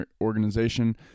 organization